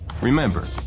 Remember